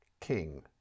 King